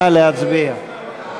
נא להצביע.